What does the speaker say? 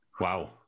wow